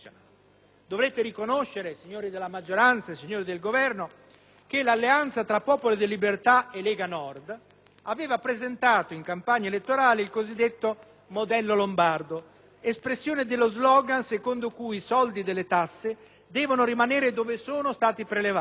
Dovete riconoscere, signori della maggioranza e signori del Governo, che l'alleanza tra Popolo della libertà e Lega Nord aveva presentato in campagna elettorale il cosiddetto modello lombardo, espressione dello slogan secondo cui i soldi delle tasse devono rimanere dove sono stati prelevati,